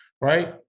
right